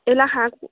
এইবিলাক হাঁহ কুকুৰাক